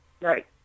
Right